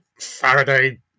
Faraday